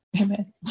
Amen